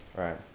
Right